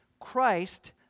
Christ